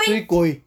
追鬼